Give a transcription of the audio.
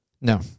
no